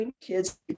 kids